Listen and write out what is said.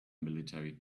military